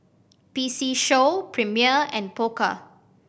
P C Show Premier and Pokka